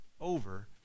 over